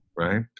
Right